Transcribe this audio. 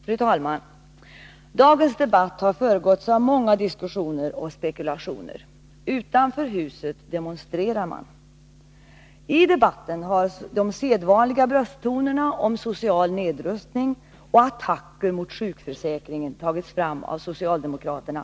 Fru talman! Dagens debatt har föregåtts av många diskussioner och spekulationer. Utanför huset demonstrerar man. I debatten har de sedvanliga brösttonerna om social nedrustning och attacker mot sjukförsäkringen tagits fram av socialdemokraterna.